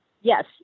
yes